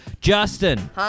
Justin